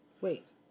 Wait